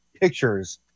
pictures